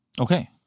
Okay